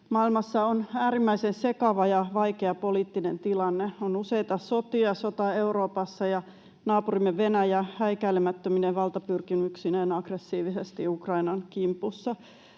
Maailmassa on äärimmäisen sekava ja vaikea poliittinen tilanne: on useita sotia, sota Euroopassa ja naapurimme Venäjä häikäilemättömine valtapyrkimyksineen aggressiivisesti Ukrainan kimpussa.